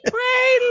Pray